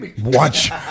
watch